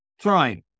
trying